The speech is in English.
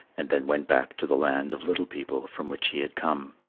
and then went back to the land-of-little-people from which he had come.